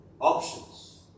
options